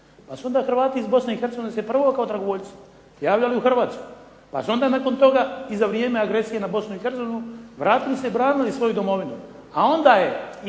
Pa su onda Hrvati iz Bosne i Hercegovine se prvo kao dragovoljci javljali u Hrvatsku pa su onda nakon toga i za vrijeme agresije na Bosnu i Hercegovinu vratili se i branili svoju domovinu,